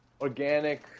organic